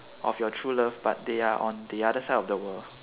of your true love but they are on the other side of the world